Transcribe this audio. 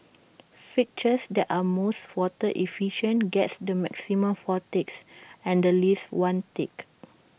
fixtures that are most water efficient get the maximum four ticks and the least one tick